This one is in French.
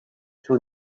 sur